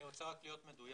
אני רוצה רק להיות מדויק.